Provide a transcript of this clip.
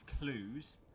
clues